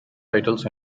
titles